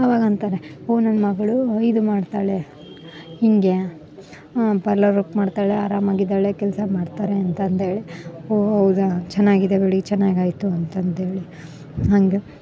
ಅವಾಗ ಅಂತಾರೆ ಓ ನನ್ನ ಮಗಳು ಇದು ಮಾಡ್ತಾಳೆ ಹೀಗೆ ಪಾರ್ಲರ್ ವರ್ಕ್ ಮಾಡ್ತಾಳೆ ಆರಾಮಾಗಿದಾಳೆ ಕೆಲಸ ಮಾಡ್ತಾರೆ ಅಂತ ಅಂದೇಳಿ ಓ ಹೌದಾ ಚೆನ್ನಾಗಿದೆ ಬಿಡಿ ಚೆನ್ನಾಗಾಯಿತು ಅಂತ ಅಂತೇಳಿ ಹಂಗೆ